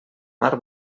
mar